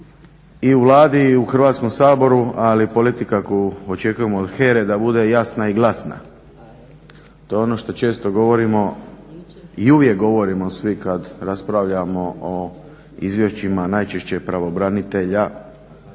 i u Vladi i u Hrvatskom saboru ali politika koju očekujemo od HERA-e da bude jasna i glasna. To je ono što često govorimo i uvijek govorimo svi kad raspravljamo o izvješćima, najčešće pravobranitelja,